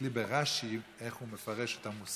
תסתכלי ברש"י, איך הוא מפרש את המושג